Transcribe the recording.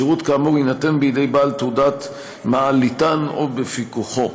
שירות כאמור יינתן בידי בעל תעודת מעליתן או בפיקוחו.